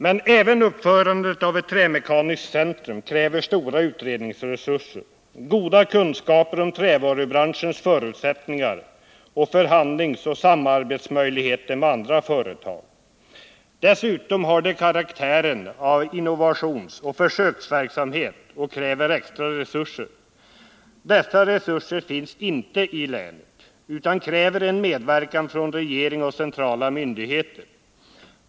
Men även uppförandet av ett trämekaniskt centrum kräver stora utredningsresurser, goda kunskaper om trävarubranschens förutsättningar och förhandlingsoch samarbetsmöjligheter med andra företag. Dessutom har det karaktären av innovationsoch försöksverksamhet och kräver extra resurser. Dessa resurser finns inte i länet, utan det fordrar en medverkan från regering och centrala myndigheter.